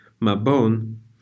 Mabon